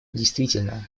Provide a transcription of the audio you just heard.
действительно